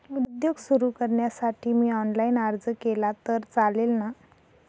उद्योग सुरु करण्यासाठी मी ऑनलाईन अर्ज केला तर चालेल ना?